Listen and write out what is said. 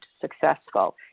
successful